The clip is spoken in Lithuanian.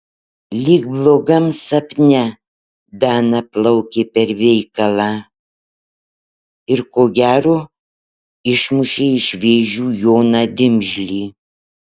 lyg blogam sapne dana plaukė per veikalą ir ko gero išmušė iš vėžių joną dimžlį